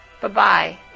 Bye-bye